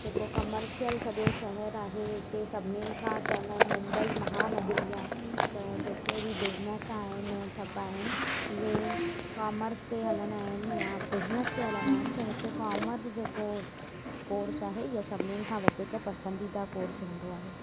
जेको कमर्शियल सॼो शहर आहे हिते सभिनीनि खां चवंदा आहिनि मुंबई महानगरी आहे त जेके बि बिजनेस आहिनि सभु आहिनि इहे कामर्स ते हलंदा आहिनि या बिजनेस ते हलंदा आहिनि त हिते कॉमर्स जेको कोर्स आहे इहो सभिनीनि खां पसंदीदा कोर्स हूंदो आहे